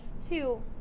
Two